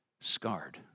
scarred